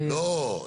לא,